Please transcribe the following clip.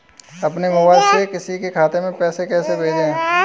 अपने मोबाइल से किसी के खाते में पैसे कैसे भेजें?